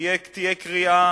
תהיה קריאה